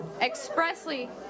expressly